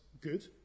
good